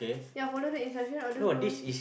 ya follow the instruction what to do